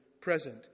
present